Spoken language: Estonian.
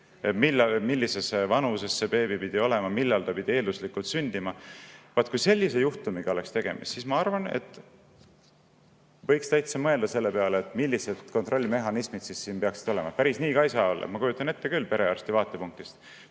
millises vanuses beebi peaks olema ja millal ta pidi eelduslikult sündima – kui sellise juhtumiga oleks tegemist, siis ma arvan, et võiks täitsa mõelda selle peale, millised kontrollimehhanismid siin peaksid olema. Päris nii ka ei saa olla. Ma kujutan perearsti vaatepunkti